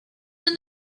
than